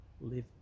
live